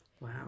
Wow